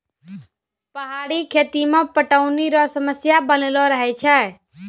पहाड़ी खेती मे पटौनी रो समस्या बनलो रहै छै